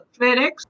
FedEx